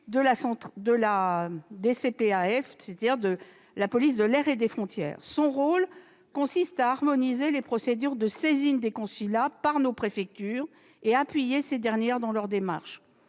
direction centrale de la police aux frontières. Son rôle consiste à harmoniser les procédures de saisine des consulats par nos préfectures et à appuyer ces dernières dans leurs démarches.